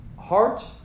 Heart